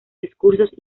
discursos